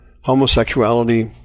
homosexuality